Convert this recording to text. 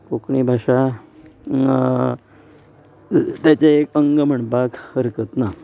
कोंकणी भाशा तेचें एक अंग म्हणपाक हरकत ना